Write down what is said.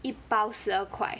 一包十二块